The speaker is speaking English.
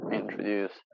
introduce